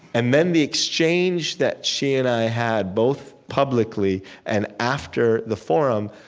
and then the exchange that she and i had both publicly and after the forum,